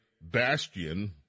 bastion